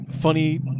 funny